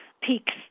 peaks